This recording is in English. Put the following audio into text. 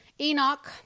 enoch